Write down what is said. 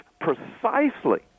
precisely